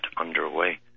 underway